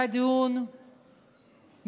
היה דיון מרגש,